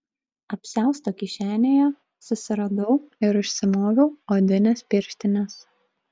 apsiausto kišenėje susiradau ir užsimoviau odines pirštines